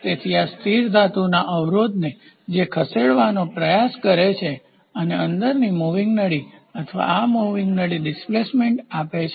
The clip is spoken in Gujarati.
તેથી આ સ્થિર ધાતુના અવરોધ છે જે ખસેડવાનો પ્રયત્ન કરે છે અને અંદરની મૂવિંગ નળી અથવા આ મૂવિંગ નળી ડિસ્પ્લેસમેન્ટ આપે છે